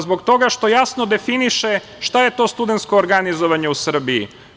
Zbog toga što jasno definiše šta je to studensko organizovanje u Srbiji.